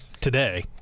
today